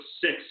six